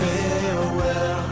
Farewell